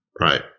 Right